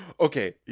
Okay